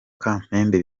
kamembe